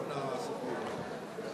האון השכלי.